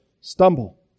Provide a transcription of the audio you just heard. stumble